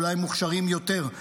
אולי מוכשרים יותר,